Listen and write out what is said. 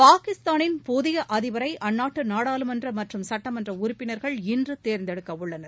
பாகிஸ்தானின் புதிய அதிபரை அந்நாட்டு நாடாளுமன்ற மற்றும் சட்டமன்ற உறுப்பினா்கள் இன்று தேர்ந்தெடுக்க உள்ளனர்